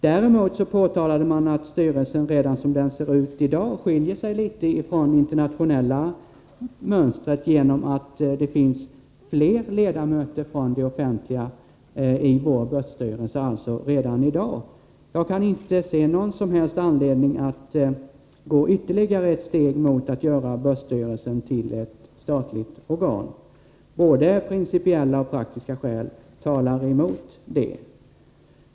Däremot påtalade man att styrelsen som den i dag ser ut skiljer sig litet från det internationella mönstret, genom att det finns fler ledamöter från det offentliga i vår börsstyrelse. Jag kan inte se någon som helst anledning att gå ytterligare ett steg mot att göra börsstyrelsen till ett statligt organ. Både principiella och praktiska skäl talar emot detta.